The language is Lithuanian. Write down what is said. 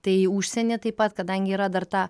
tai užsienyje taip pat kadangi yra dar ta